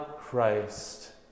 Christ